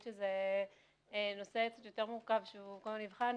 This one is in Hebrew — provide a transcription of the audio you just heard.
זה נושא שהוא קצת יותר מורכב והוא עוד לא נבחן,